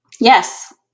Yes